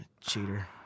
cheater